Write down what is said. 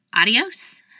adios